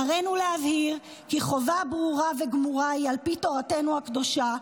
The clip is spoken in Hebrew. "הרינו להבהיר כי חובה ברורה וגמורה היא על פי תורתנו הקדושה,